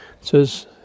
says